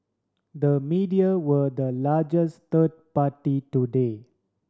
the media were the largest third party today